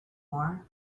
war